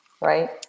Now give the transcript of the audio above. right